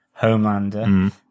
Homelander